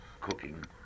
cooking